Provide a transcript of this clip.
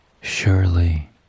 Surely